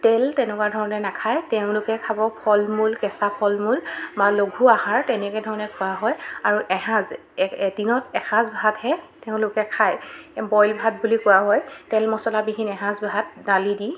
তেল তেনকুৱা ধৰণে নাখায় তেওঁলোকে খাব ফল মূল কেঁচা ফল মূল বা লঘু আহাৰ তেনেকৈ ধৰণে খোৱা হয় আৰু এসাঁজ এদিনত এ এসাঁজ ভাতহে তেওঁলোকে খায় বইল ভাত বুলি কোৱা হয় তেল মছলাবিহীন এসাঁজ ভাত দালি দি